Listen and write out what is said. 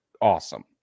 awesome